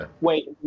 Wait